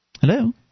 Hello